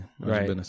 Right